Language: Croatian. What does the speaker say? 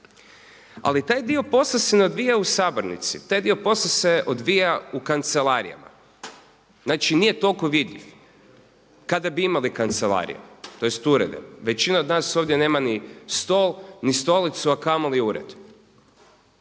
Ali taj dio posla se ne odvija u sabornici, taj dio posla se odvija u kancelarijama. Znači, nije toliko vidljiv. Kada bi imali kancelarije tj. urede. Većina od nas ovdje nema ni stol, ni stolicu, a kamoli ured.